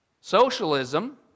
Socialism